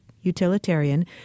utilitarian